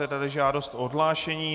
Je tady žádost o odhlášení.